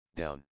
down